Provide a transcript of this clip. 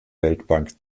weltbank